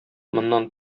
моннан